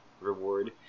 reward